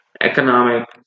economic